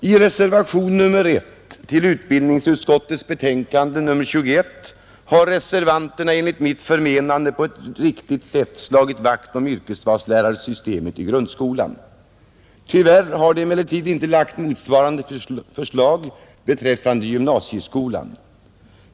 I reservationen 1 till utbildningsutskottets betänkande nr 21 har reservanterna på ett enligt mitt förmenande riktigt sätt slagit vakt om yrkesvalslärarsystemet i grundskolan, Tyvärr har de emellertid inte gjort motsvarande förslag beträffande gymnasieskolan.